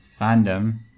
Fandom